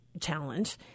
challenge